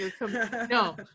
no